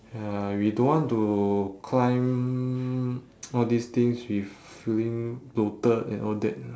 ya we don't want to climb all these things with feeling bloated and all that